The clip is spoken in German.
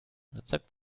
rezept